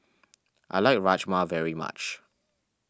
I like Rajma very much